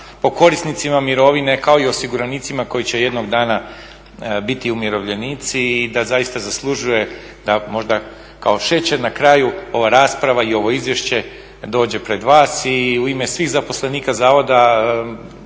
po korisnicima mirovine, kao i osiguranicima koji će jednog dana biti umirovljenici i da zaista zaslužuje da možda kao šećer na kraju ova rasprava i ovo izvješće dođe pred vas i u ime svih zaposlenika zavoda